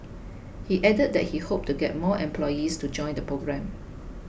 he added that he hoped to get more employees to join the programme